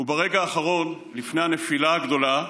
וברגע האחרון, לפני הנפילה הגדולה,